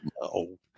no